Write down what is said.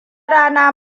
rana